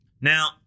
Now